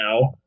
now